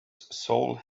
soul